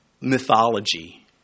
mythology